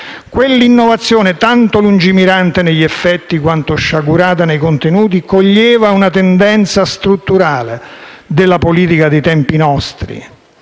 Quella innovazione, tanto lungimirante negli effetti quanto sciagurata nei contenuti, coglieva una tendenza strutturale della politica dei tempi nostri.